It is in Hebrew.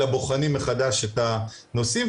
אלא בוחנים מחדש את הנושאים.